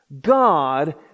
God